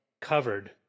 covered